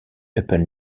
upon